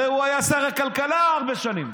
הרי הוא היה שר הכלכלה הרבה שנים,